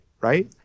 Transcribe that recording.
right